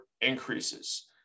increases